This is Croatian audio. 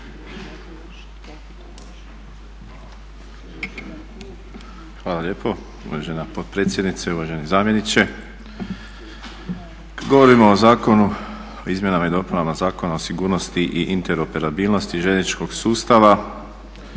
Hvala lijepo uvažena potpredsjednice. Uvaženi zamjeniče. Govorimo o zakonu, izmjenama i dopunama Zakona o sigurnosti i interoperabilnosti željezničkog sustava